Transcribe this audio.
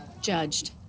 judged